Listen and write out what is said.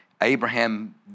Abraham